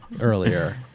earlier